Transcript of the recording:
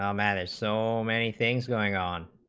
um and so many things going on